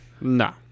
No